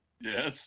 Yes